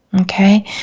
Okay